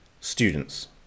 students